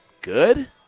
good